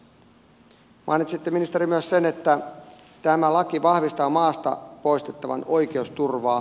mainitsitte ministeri myös sen että tämä laki vahvistaa maasta poistettavan oikeusturvaa